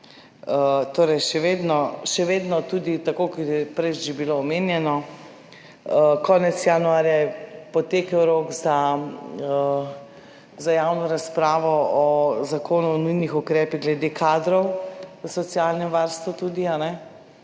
Torej, še vedno, tudi tako kot je prej že bilo omenjeno, konec januarja je potekel rok za javno razpravo o zakonu o nujnih ukrepih glede kadrov v socialnem varstvu. Tudi